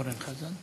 לפני אורן חזן?